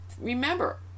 remember